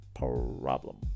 problem